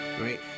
right